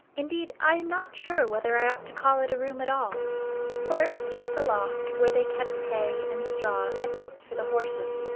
indeed, i am not sure whether i ought to call it a room at all for it was just a loft where they kept hay and straw and oats for the horses.